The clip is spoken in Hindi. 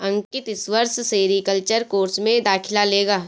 अंकित इस वर्ष सेरीकल्चर कोर्स में दाखिला लेगा